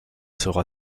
sera